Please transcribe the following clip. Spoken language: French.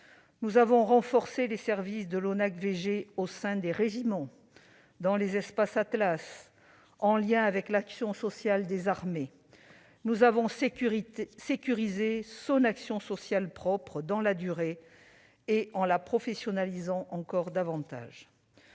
Nous avons renforcé les services de l'ONACVG au sein des régiments, dans les espaces Atlas, en lien avec l'action sociale des armées. Nous avons sécurisé son action sociale propre dans la durée, en la professionnalisant encore davantage.